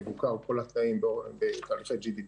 מבוקר כל התנאים תהליכי GDP,